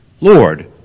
Lord